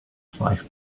five